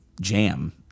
jam